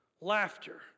laughter